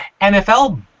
NFL